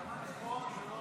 תכבד את האמירה.